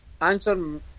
answer